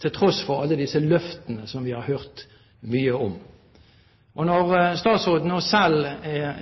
til tross for alle disse løftene som vi har hørt så mye om. Når statsråden nå selv